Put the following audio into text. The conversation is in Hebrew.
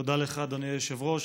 תודה לך, אדוני היושב-ראש.